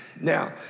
Now